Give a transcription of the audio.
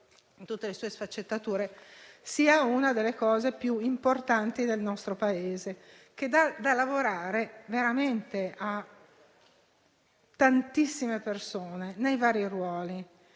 in tutte le sue sfaccettature è una delle attività più importanti del nostro Paese, che dà lavoro veramente a tantissime persone, nei vari ruoli.